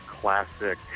classic